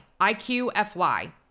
IQfy